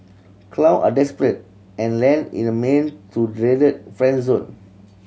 clown are desperate and land in a man to dreaded friend zone